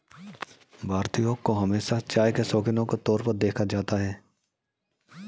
भारतीयों को हमेशा चाय के शौकिनों के तौर पर देखा जाता है